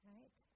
Right